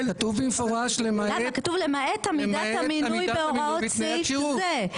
כתוב למעט עמידת המינוי בהוראות סעיף זה,